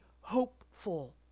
hopeful